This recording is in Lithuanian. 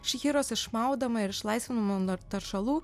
šihiros išmaudoma ir išlaisvinama nuo taršalų